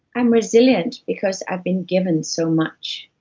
i'm resilient because i've been given so much,